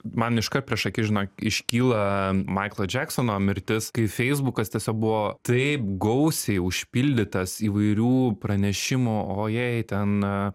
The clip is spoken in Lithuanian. man iškart prieš akis žinok iškyla maiklo džeksono mirtis kai feisbukas tiesiog buvo taip gausiai užpildytas įvairių pranešimų o jei ten